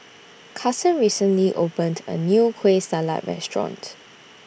Kasen recently opened A New Kueh Salat Restaurant